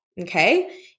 okay